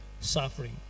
suffering